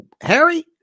Harry